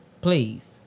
Please